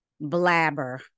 blabber